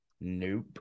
Nope